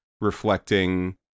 reflecting